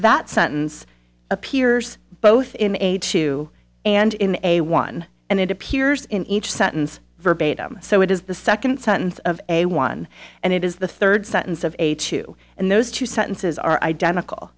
that sentence appears both in eighty two and in a one and it appears in each sentence verbatim so it is the second sentence of a one and it is the third sentence of a two and those two sentences are identical